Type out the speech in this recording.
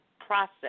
process